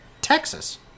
Texas